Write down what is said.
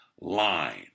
Line